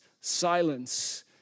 silence